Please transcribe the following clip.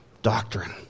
Doctrine